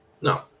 No